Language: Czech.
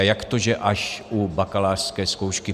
Jak to, že až u bakalářské zkoušky?